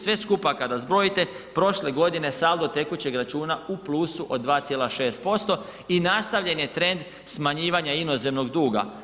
Sve skupa kada zbrojite prošle godine saldo tekućeg računa u plusu od 2,6% i nastavljen je trend smanjivanja inozemnog duga.